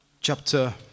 Chapter